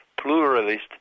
pluralist